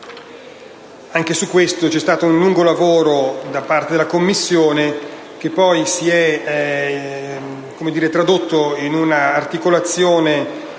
Anche su questo c'è stato un lungo lavoro da parte della Commissione, che poi si è tradotto in un'articolazione